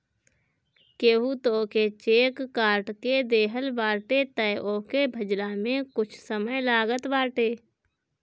केहू तोहके चेक काट के देहले बाटे तअ ओके भजला में कुछ समय लागत बाटे